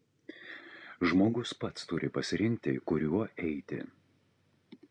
žmogus pats turi pasirinkti kuriuo eiti